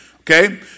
Okay